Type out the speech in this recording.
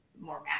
more